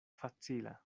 facila